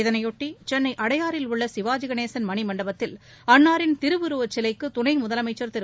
இதனைபொட்டி சென்னை அடையாறில் உள்ள சிவாஜிகணேசன் மணிமண்டபத்தில் அன்னாரின் திருவுருவச்சிலைக்கு துணை முதலமைச்சர் திரு